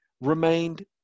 remained